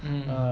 mm mm